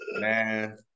Man